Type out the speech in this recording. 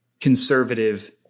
conservative